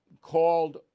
called